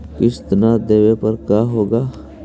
किस्त न देबे पर का होगा?